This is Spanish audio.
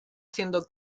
haciendo